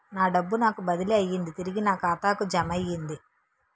నా డబ్బు నాకు బదిలీ అయ్యింది తిరిగి నా ఖాతాకు జమయ్యింది